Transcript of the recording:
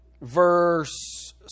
Verse